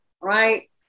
right